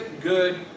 good